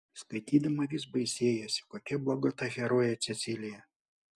skaitydama vis baisėjosi kokia bloga ta herojė cecilija